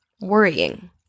worrying